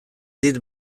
dit